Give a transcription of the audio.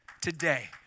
today